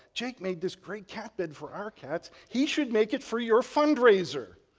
jake made this great cat bed for our cats, he should make it for your fundraiser.